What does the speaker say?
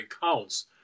counts